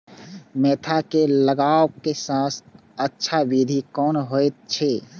Mentha के लगवाक सबसँ अच्छा विधि कोन होयत अछि?